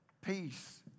peace